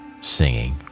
singing